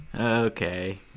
okay